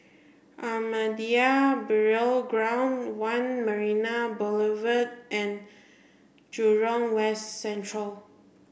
Ahmadiyya Burial Ground One Marina Boulevard and Jurong West Central